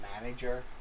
manager